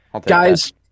Guys